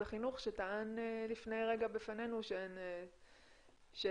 החינוך שטען לפני רגע בפנינו שאין תוכניות.